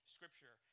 Scripture